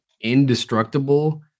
indestructible